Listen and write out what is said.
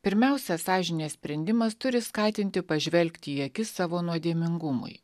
pirmiausia sąžinės sprendimas turi skatinti pažvelgti į akis savo nuodėmingumui